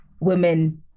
women